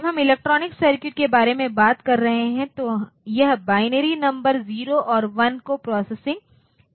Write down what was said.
जब हम electronic circuit के बारे में बात कर रहे हैं तो यह बाइनरी नंबर ज़ीरो और वन का प्रोसेसिंग है